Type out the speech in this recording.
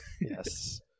Yes